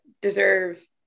deserve